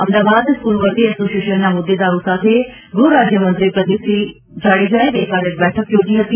Ahmedabad school વર્ધી એસોસીએશનના હોદ્દેદારો સાથે ગૃહ રાજ્ય મંત્રી પ્રદીપસિંહ ગઇકાલે બેઠક યોજી હતી